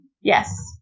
Yes